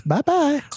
Bye-bye